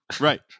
Right